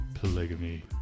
polygamy